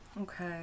Okay